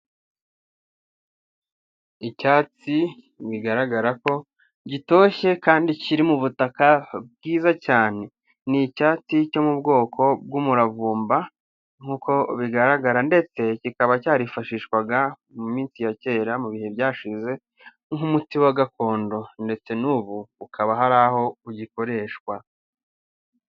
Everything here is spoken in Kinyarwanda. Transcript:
Icyatsi bigaragara ko gitoshye kandi kiri mu butaka bwiza cyane. Ni icyatsi cyo mu bwoko bw'umuravumba nk'uko bigaragara, ndetse kikaba cyarifashishwaga mu minsi ya kera mu bihe byashize nk'umuti wa gakondo. Ndetse n'ubu ukaba hari aho ugikoreshwa.